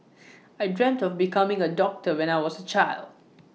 I dreamt of becoming A doctor when I was A child